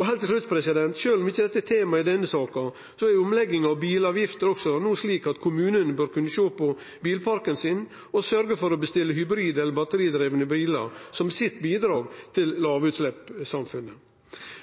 Heilt til slutt, sjølv om det ikkje er tema i denne saka: Omlegginga av bilavgifter er òg slik no at kommunane bør kunne sjå på bilparken sin og sørgje for å bestille hybrid eller batteridrivne bilar som sitt bidrag til lågutsleppssamfunnet.